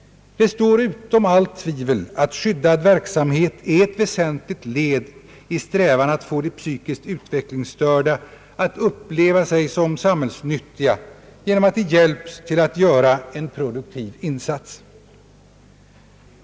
Det står utom allt tvivel att skyddad verksamhet är ett väsentligt led i strävan att få de psykiskt utvecklingsstörda att uppleva sig som samhällsnyttiga genom att de hjälps till att göra en produktiv insats.